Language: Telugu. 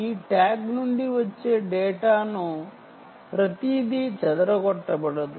ఈ ట్యాగ్ నుండి వచ్చే డేటాను ప్రతిదీ చెదరగొట్టబడదు